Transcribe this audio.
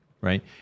right